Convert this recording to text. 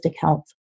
health